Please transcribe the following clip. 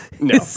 No